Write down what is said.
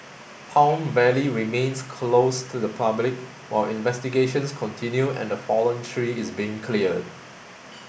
Palm Valley remains closed to the public while investigations continue and the fallen tree is being cleared